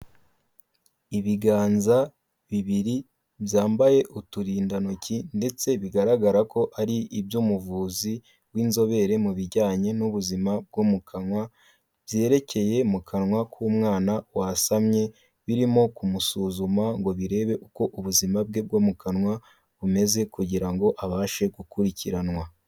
Ibiganza bibiri byambaye uturindantoki ndetse bigaragara ko ari iby'umuvuzi w'inzobere mu bijyanye n'ubuzima bwo mu kanwa, byerekeye mu kanwa k'umwana wasamye, birimo kumusuzuma ngo birebe uko ubuzima bwe bwo mu kanwa bumeze kugira ngo abashe gukurikiranwa.